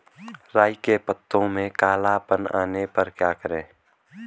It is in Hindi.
राई के पत्तों में काला पन आने पर क्या करें?